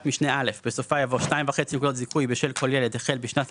משנה (א) בסופה יבוא "2.5 נקודות זיכוי בשל כל ילד החל בשנת